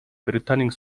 британийн